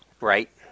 Right